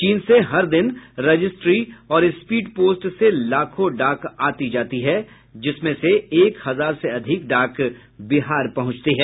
चीन से हर दिन रजिस्ट्री और स्पीड पोस्ट से लाखों डाक आती जाती है जिसमें से एक हजार से अधिक डाक बिहार पहुंचती है